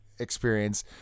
experience